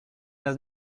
las